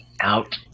out